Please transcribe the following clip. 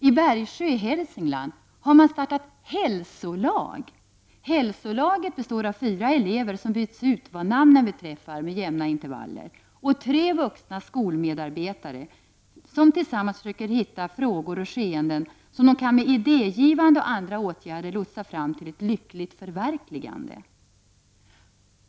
I Bergsjö i Hälsingland har man startat ”hälsolag”. Hälsolaget består av fyra elever, som byts ut vad namnen beträffar med jämna intervaller, och tre vuxna skolmedarbetare som tillsammans försöker hitta frågor och skeenden, som de kan med idégivande och andra åtgärder lotsa fram till ett lyckligt förverkligande.